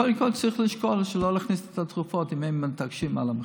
יכול להיות שצריך לשקול שלא להכניס את התרופות אם הם מתעקשים על המחיר.